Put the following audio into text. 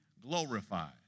glorified